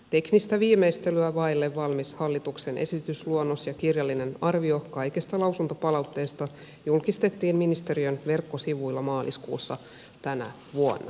teknistä viimeistelyä vaille valmis hallituksen esitysluonnos ja kirjallinen arvio kaikesta lausuntopalautteesta julkistettiin ministeriön verkkosivuilla maaliskuussa tänä vuonna